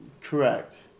Correct